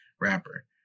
rapper